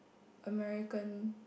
American